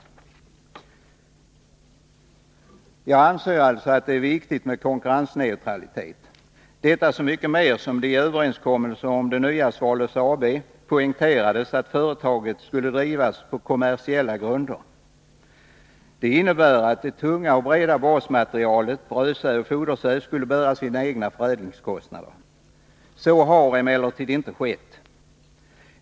Jag anser alltså att det är viktigt med konkurrensneutralitet — detta så mycket mer som det i överenskommelsen om det nya Svalöf AB poängterades att företaget skall drivas på kommersiella grunder. Det innebär att det tunga och breda basmaterialet brödsäd och fodersäd skall bära sina egna förädlingskostnader. Så har emellertid inte skett.